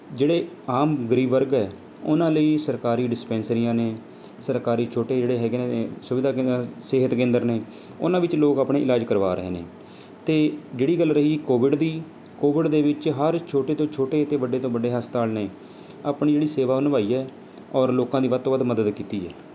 ਜਿਹੜੇ ਆਮ ਗਰੀਬ ਵਰਗ ਹੈ ਉਹਨਾਂ ਲਈ ਸਰਕਾਰੀ ਡਿਸਪੈਂਸਰੀਆਂ ਨੇ ਸਰਕਾਰੀ ਛੋਟੇ ਜਿਹੜੇ ਹੈਗੇ ਨੇ ਸੁਵਿਧਾ ਕੇਂਦਰ ਸਿਹਤ ਕੇਂਦਰ ਨੇ ਉਹਨਾਂ ਵਿੱਚ ਲੋਕ ਆਪਣੇ ਇਲਾਜ ਕਰਵਾ ਰਹੇ ਨੇ ਅਤੇ ਜਿਹੜੀ ਗੱਲ ਰਹੀ ਕੋਵਿਡ ਦੀ ਕੋਵਿਡ ਦੇ ਵਿੱਚ ਹਰ ਛੋਟੇ ਤੋਂ ਛੋਟੇ ਅਤੇ ਵੱਡੇ ਤੋਂ ਵੱਡੇ ਹਸਪਤਾਲ ਨੇ ਆਪਣੀ ਜਿਹੜੀ ਸੇਵਾ ਉਹ ਨਿਭਾਈ ਹੈ ਔਰ ਲੋਕਾਂ ਦੀ ਵੱਧ ਤੋਂ ਵੱਧ ਮਦਦ ਕੀਤੀ ਹੈ